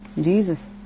Jesus